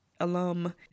alum